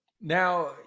now